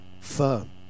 firm